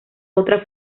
otra